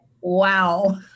Wow